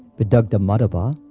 vidagdha madhava,